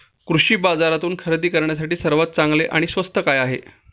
कृषी बाजारातून खरेदी करण्यासाठी सर्वात चांगले आणि स्वस्त काय आहे?